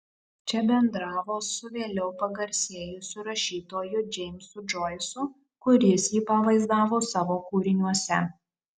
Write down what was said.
čia bendravo su vėliau pagarsėjusiu rašytoju džeimsu džoisu kuris jį pavaizdavo savo kūriniuose